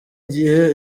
igihe